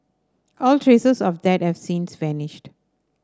all traces of that have since vanished